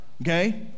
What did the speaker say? Okay